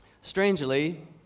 Strangely